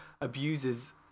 abuses